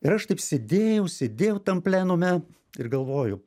ir aš taip sėdėjau sėdėjau tam plenume ir galvoju